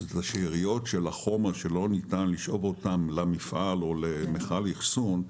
אז לשאריות של החומר שלא ניתן לשאוב אותם למפעל או למיכל אחסון,